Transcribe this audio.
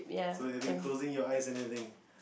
so you have been closing your eyes and everything